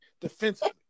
defensively